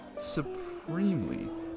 supremely